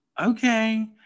okay